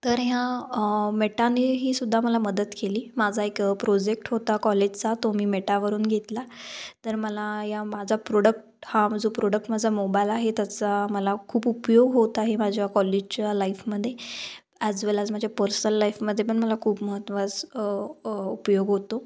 तर ह्या मेटानेहीसुद्धा मला मदत केली माझा एक प्रोजेक्ट होता कॉलेजचा तो मी मेटावरून घेतला तर मला या माझा प्रोडक्ट हा म जो प्रोडक्ट माझा मोबाइल आहे त्याचा मला खूप उपयोग होत आहे माझ्या कॉलेजच्या लाईफमध्ये ॲज वेल ॲज माझ्या पर्सनल लाईफमध्ये पण मला खूप महत्त्वाच उपयोग होतो